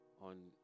on